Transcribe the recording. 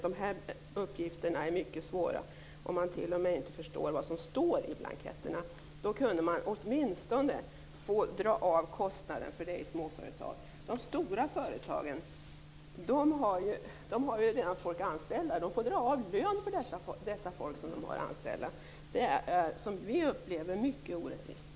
Dessa uppgifter är mycket svåra att ta fram, och man förstår t.o.m. inte vad som står i blanketterna. Då kunde man åtminstone få dra av kostnaden. Det rör sig här om småföretag. De stora företagen har redan människor anställda, och får dra av lön för de människor som de har anställda. Det är, som vi upplever det, mycket orättvist.